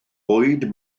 bwyd